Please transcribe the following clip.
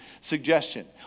suggestion